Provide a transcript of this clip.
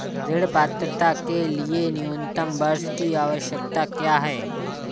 ऋण पात्रता के लिए न्यूनतम वर्ष की आवश्यकता क्या है?